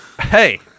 hey